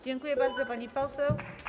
Dziękuję bardzo, pani poseł.